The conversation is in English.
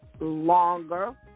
longer